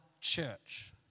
church